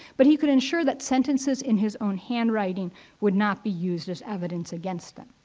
but you could ensure that sentences in his own handwriting would not be used as evidence against them.